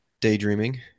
daydreaming